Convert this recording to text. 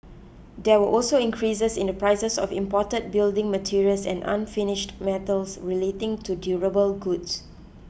there were also increases in the prices of imported building materials and unfinished metals related to durable goods